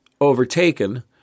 overtaken